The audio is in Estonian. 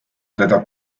teda